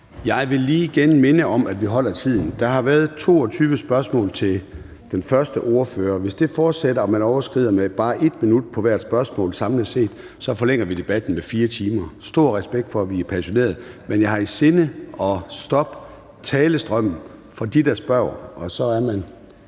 Jeg vil lige igen minde om, at vi overholder tiden. Der har været 22 spørgsmål til den første ordfører, og hvis det fortsætter og man overskrider med bare 1 minut på hvert spørgsmål samlet set, forlænger vi debatten med 4 timer. Stor respekt for, at vi er passionerede, men jeg har i sinde at stoppe talestrømmen for dem, der spørger. Så er man